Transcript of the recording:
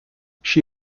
she